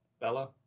Bella